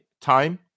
time